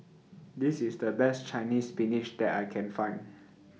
This IS The Best Chinese Spinach that I Can Find